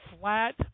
flat